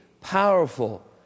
powerful